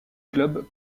clubs